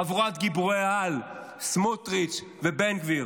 חבורת גיבורי-העל סמוטריץ' ובן גביר.